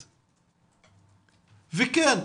וכן,